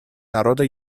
народа